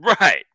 Right